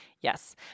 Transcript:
Yes